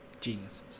Geniuses